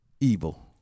Evil